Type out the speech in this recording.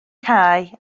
cau